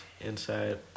Inside